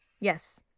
Yes